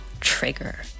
trigger